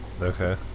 Okay